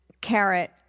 carrot